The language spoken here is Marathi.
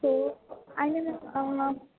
हो आणि मॅम अ मग